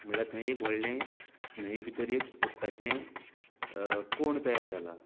म्हळ्यार थंय एक व्हडलें न्हंये भितर एक उदकांचें कोंड तयार जाला